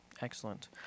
Excellent